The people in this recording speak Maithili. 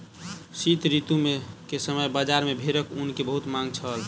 शीत ऋतू के समय बजार में भेड़क ऊन के बहुत मांग छल